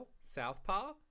Southpaw